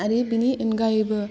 आरो बिनि अनगायैबो